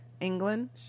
England